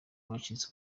bacitse